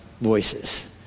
voices